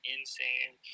Insane